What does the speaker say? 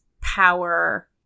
power